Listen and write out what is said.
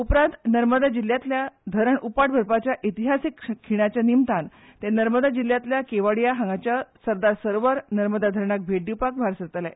उपरांत नर्मदा जिल्ल्यांतल्या धरण उपाट भरपाच्या इतिहासीक खणीचे निमतान ते नर्मदा जिल्ल्यांतल्या केवाडीया हांगाच्या सरदार सरोवर नर्मदा धरणाक भेट दिवपाक भायर सरतले